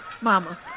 Mama